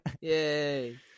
Yay